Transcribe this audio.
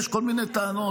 יש כל מיני טענות,